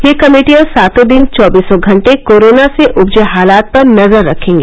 ये कमेटियां सातों दिन चौबीसों घंटे कोरोना से उपजे हालात पर नजर रखेंगी